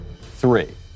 three